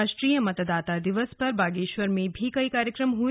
राष्ट्रीय मतदाता दिवस पर बागेश्वर में भी कई कार्यक्रम हुए